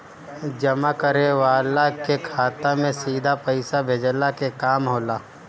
जमा करे वाला के खाता में सीधा पईसा भेजला के काम होला